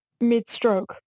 mid-stroke